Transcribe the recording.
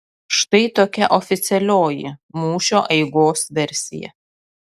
štai tokia oficialioji mūšio eigos versija